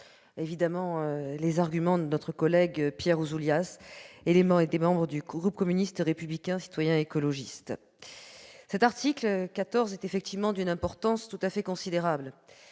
le fond les arguments de notre collègue Pierre Ouzoulias et de certains des membres du groupe communiste républicain citoyen et écologiste. L'article 14 est, effectivement, d'une importance tout à fait considérable.